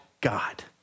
God